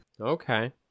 Okay